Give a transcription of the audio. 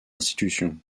institution